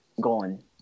gone